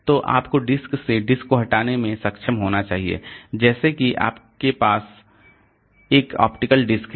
तो आपको सिस्टम से डिस्क को हटाने में सक्षम होना चाहिए जैसे कि आपके पास एक ऑप्टिकल डिस्क है